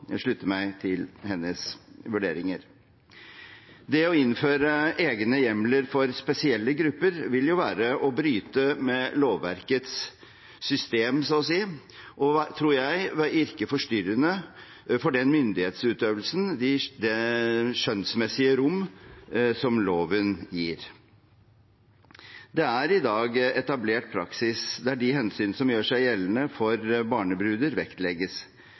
Jeg slutter meg til hennes vurderinger. Det å innføre egne hjemler for spesielle grupper vil jo være å bryte med lovverkets system, så å si, og – tror jeg – virke forstyrrende for den myndighetsutøvelsen, det skjønnsmessige rom, som loven gir. Det er i dag etablert praksis der de hensyn som gjør seg gjeldende for barnebruder, vektlegges,